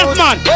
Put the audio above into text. man